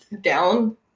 down